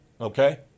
Okay